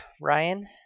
Ryan